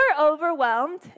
overwhelmed